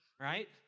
right